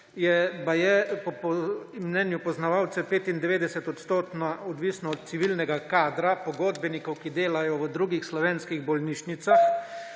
Po mnenju poznavalcev je baje 95 % odvisna od civilnega kadra, pogodbenikov, ki delajo v drugih slovenskih bolnišnicah.